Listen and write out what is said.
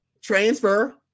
transfer